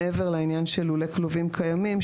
מעבר לעניין של לולי כלובים קיימים,